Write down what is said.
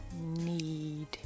need